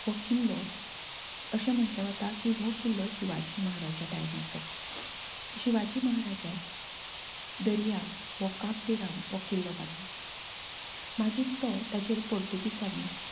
हो किल्लो अशें म्हटलें वता की हो किल्लो शिवाजी म्हाराजा टायमाचो शिवाजी म्हाराजान दर्याक वो काब दे राम वो किल्लो बांदिल्लो मागीर तो ताजेर पोर्तुगिजांनी